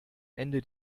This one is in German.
ende